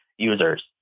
users